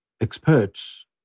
experts